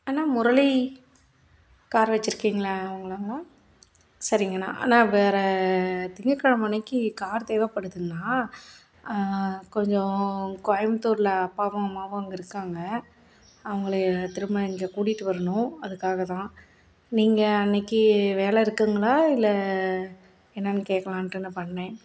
அண்ணா Murali car வச்சுருக்கீங்களாவங்களாண்ணா சரிங்கண்ணா அண்ணா வர திங்கக்கெழமை அன்றைக்கி கார் தேவைப்படுதுங்கண்ணா கொஞ்சம் கோயமுத்தூரில் அப்பாவும் அம்மாவும் அங்கேருக்காங்க அவங்களைய திரும்ப இங்கே கூட்டிகிட்டு வரணும் அதுக்காகத்தான் நீங்கள் அன்றைக்கி வேலை இருக்குங்களா இல்லை என்னென்னு கேட்கலான்ட்டு நான் பண்ணிணேன்